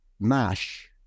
Mash